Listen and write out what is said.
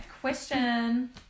Question